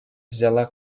взяла